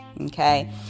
okay